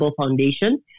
Foundation